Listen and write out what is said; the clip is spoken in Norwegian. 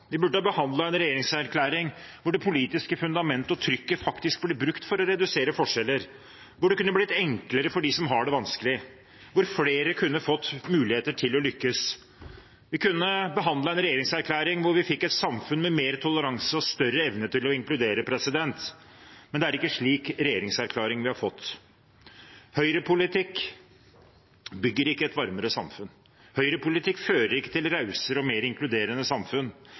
Vi burde ha behandlet en regjeringserklæring hvor det politiske fundamentet og trykket faktisk ble brukt for å redusere forskjeller, hvor det kunne ha blitt enklere for dem som har det vanskelig, hvor flere kunne ha fått muligheter til å lykkes. Vi kunne ha behandlet en regjeringserklæring hvor vi fikk et samfunn med mer toleranse og større evne til å inkludere. Men det er ikke en slik regjeringserklæring vi har fått. Høyrepolitikk bygger ikke et varmere samfunn. Høyrepolitikk fører ikke til et rausere og mer inkluderende samfunn.